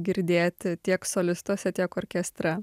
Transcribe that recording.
girdėti tiek solisto tiek orkestre